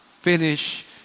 finish